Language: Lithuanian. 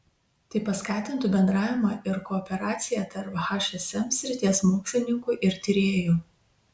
tai paskatintų bendravimą ir kooperaciją tarp hsm srities mokslininkų ir tyrėjų